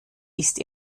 ist